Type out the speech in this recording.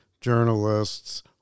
journalists